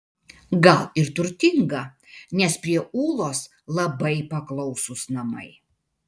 gal ir turtinga nes prie ūlos labai paklausūs namai